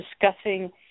discussing